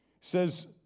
Says